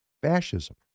Fascism